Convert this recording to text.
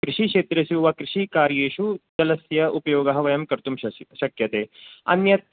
कृषिक्षेत्रस्य वा कृषिकार्येषु जलस्य उपयोगः वयं कर्तुं शक्यते अन्यत्